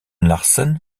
larsen